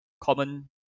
common